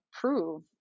prove